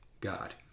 God